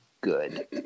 good